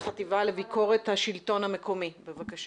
הבקשה